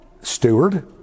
steward